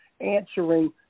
answering